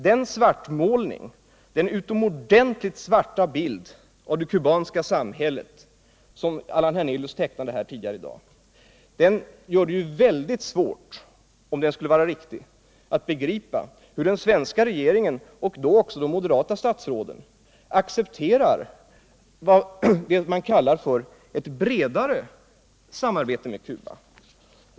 Den utomordentligt svarta bild av det kubanska samhället som Allan Hernelius tecknade här tidigare i dag gör det nämligen väldigt svårt — om den skulle vara riktig — att begripa hur den svenska regeringen, och sålunda också de moderata statsråden, accepterar vad man kallar för ett bredare samarbete med Cuba.